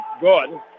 good